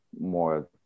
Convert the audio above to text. more